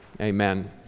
amen